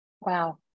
wow